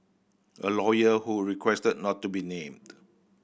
a lawyer who requested not to be named